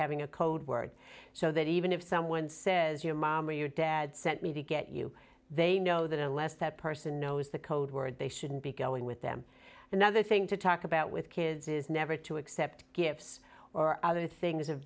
having a code word so that even if someone says your mom or your dad sent me to get you they know that unless that person knows the code word they shouldn't be going with them another thing to talk about with kids is never to accept gifts or other things